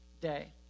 day